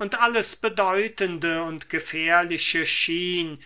und alles bedeutende und gefährliche schien